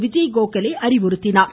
விஜய்கோகலே அறிவுறுத்தினார்